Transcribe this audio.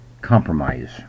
compromise